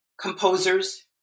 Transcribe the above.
composers